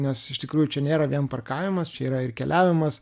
nes iš tikrųjų čia nėra vien parkavimas čia yra ir keliavimas